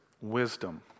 wisdom